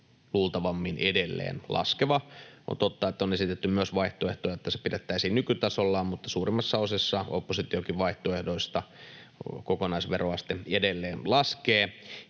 luultavammin edelleen laskeva. On totta, että on esitetty myös vaihtoehtoa, että se pidettäisiin nykytasollaan, mutta suurimmassa osassa oppositionkin vaihtoehdoista kokonaisveroaste edelleen laskee.